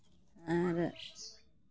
ᱟᱨ